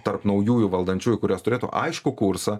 tarp naujųjų valdančiųjų kurios turėtų aiškų kursą